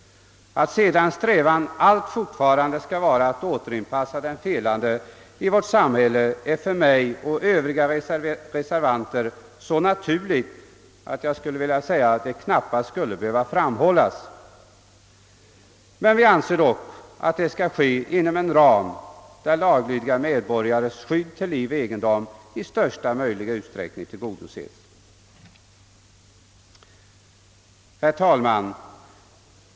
Att sedan strävan allt fortfarande skall vara att återinpassa den felande i vårt samhälle är för mig och Övriga reservanter så naturligt att det knappast skulle behöva framhållas. Vi anser dock att det skall ske inom en ram där laglydiga medborgares skydd till liv och egendom i största möjliga utsträckning tillgodoses. Herr talman!